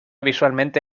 visualmente